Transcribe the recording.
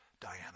Diana